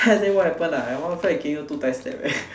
then I say what happen ah after I give you two tight slap leh